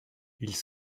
ils